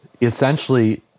essentially